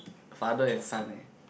father and son eh